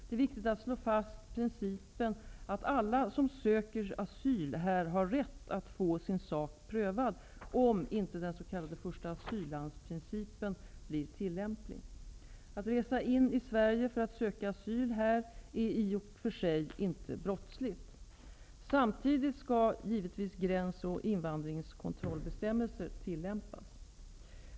Det är viktigt att slå fast principen att alla som söker asyl här har rätt att få sin sak prövad, om inte den s.k. första asylland-principen blir tillämplig. Att resa in i Sverige för att söka asyl här är i och för sig inte brottsligt. Samtidigt skall givetvis gräns och invandringskontrollbestämmelser tillämpas.